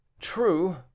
true